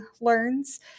learns